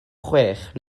chwech